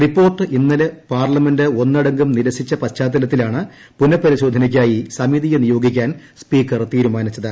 report ഇന്നലെ parliament ഒന്നടങ്കം നിരസിച്ച പശ്ചാത്തലത്തിലാണ് പുനപരിശോധനയ്ക്കായി സമിതിയെ നിയോഗിക്കാൻ സ്പീക്കർ തീരുമാനിച്ചത്